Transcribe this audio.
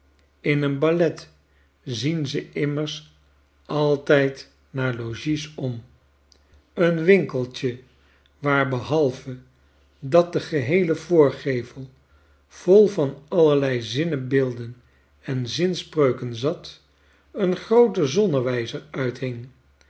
in een ballet zien ze immers altyd naar logies om een winkeltje waar behalve dat de geheele voorgevel vol van allerlei zinnebeelden en zinspreuken zat een groote zonnewijzer uitging